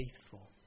faithful